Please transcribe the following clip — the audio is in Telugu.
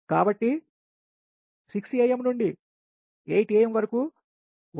కాబట్టి 6am to 8 am వరకు 1